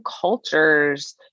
cultures